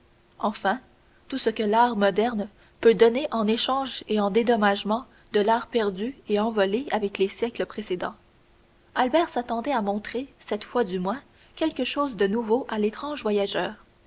enfin tout ce que l'art moderne peut donner en échange et en dédommagement de l'art perdu et envolé avec les siècles précédents albert s'attendait à montrer cette fois du moins quelque chose de nouveau à l'étrange voyageur